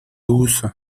uso